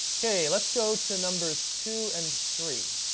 ok, let's go to numbers two and three.